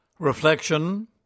Reflection